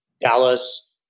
Dallas